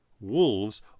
Wolves